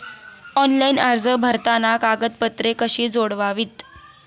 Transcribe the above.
Online अर्ज भरताना कागदपत्रे कशी जोडावीत?